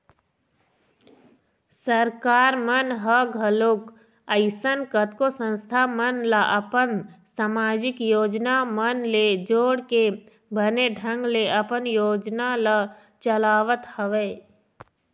सरकार मन ह घलोक अइसन कतको संस्था मन ल अपन समाजिक योजना मन ले जोड़के बने ढंग ले अपन योजना ल चलावत हवय